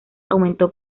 aumentó